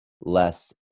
less